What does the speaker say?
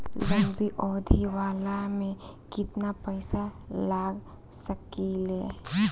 लंबी अवधि वाला में केतना पइसा लगा सकिले?